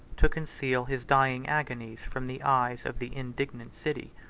to conceal his dying agonies from the eyes of the indignant city.